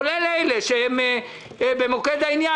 כולל מאלה שהם במוקד העניין.